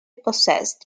possessed